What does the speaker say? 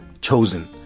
chosen